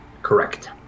correct